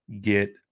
get